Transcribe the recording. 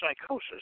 psychosis